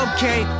Okay